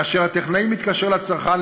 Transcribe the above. כאשר הטכנאי מתקשר לצרכן,